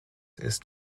ist